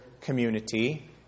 community